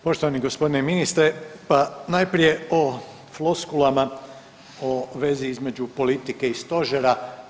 Poštovani gospodine ministre pa najprije o floskulama o vezi između politike i stožera.